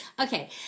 Okay